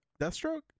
Deathstroke